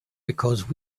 because